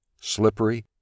slippery